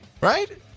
right